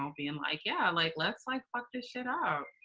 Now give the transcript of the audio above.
um being like, yeah, like let's like, fuck this shit up.